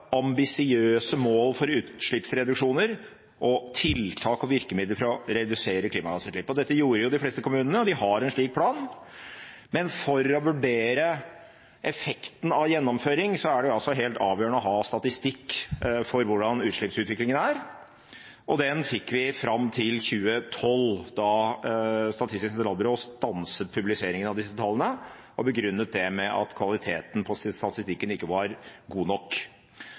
tiltak og virkemidler for å redusere klimagassutslipp. Dette gjorde de fleste kommunene, og de har en slik plan. Men for å vurdere effekten av gjennomføring er det helt avgjørende å ha statistikk over utslippsutviklingen. Den fikk vi fram til 2012, da Statistisk sentralbyrå stanset publisering av disse tallene og begrunnet det med at kvaliteten på statistikken ikke var god nok.